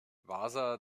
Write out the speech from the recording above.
wasa